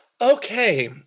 Okay